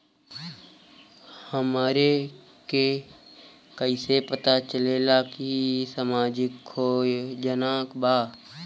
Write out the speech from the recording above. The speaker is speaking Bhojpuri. हमरा के कइसे पता चलेगा की इ सामाजिक योजना बा?